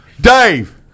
Dave